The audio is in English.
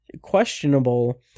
questionable